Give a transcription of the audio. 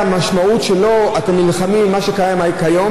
המשמעות של הדבר הזה: אתם נלחמים עם מה שקורה היום,